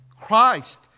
Christ